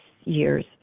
years